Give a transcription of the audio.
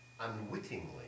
unwittingly